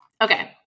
okay